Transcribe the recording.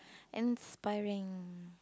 inspiring